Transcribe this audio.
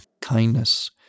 kindness